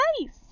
nice